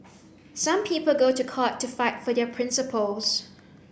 some people go to court to fight for their principles